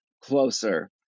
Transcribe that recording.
Closer